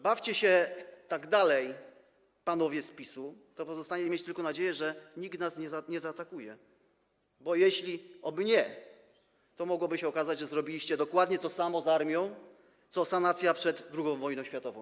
Bawcie się tak dalej, panowie z PiS-u, to pozostanie mieć tylko nadzieję, że nikt nas nie zaatakuje, bo jeśli zaatakowałby - oby nie - to mogłoby się okazać, że zrobiliście dokładnie to samo z armią co sanacja przed II wojną światową.